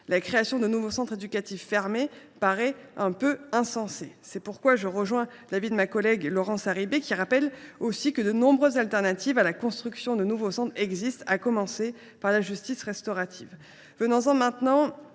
la création de nouveaux centres éducatifs fermés paraît insensée… C’est pourquoi je partage l’avis de ma collègue Laurence Harribey, qui rappelle que de nombreuses solutions autres que la construction de nouveaux centres existent, à commencer par la justice restaurative.